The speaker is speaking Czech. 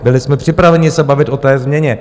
Byli jsme připraveni se bavit o té změně.